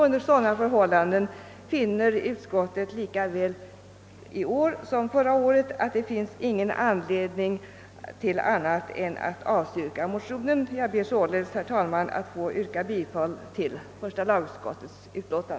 Under sådana förhållanden finner utskottet lika väl i år som förra året att det inte finns någon anledning till annat än att avstyrka motionerna. Jag ber således, herr talman, att få yrka bifall till första lagutskottets hemställan.